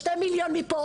שתי מיליון פה,